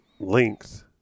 length